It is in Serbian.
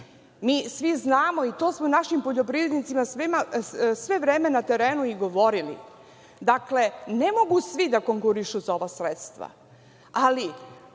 Mi svi znamo i to smo našim poljoprivrednicima sve vreme na terenu i govorili, dakle, ne mogu svi da konkurišu za ova sredstva, ali